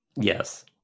Yes